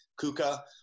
KUKA